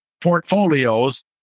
portfolios